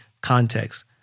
context